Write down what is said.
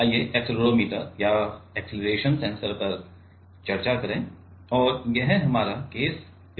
तो आइए एक्सेलेरोमीटर या एक्सेलेरेशन सेंसर पर चर्चा करें और यह हमारा केस स्टडी 2 है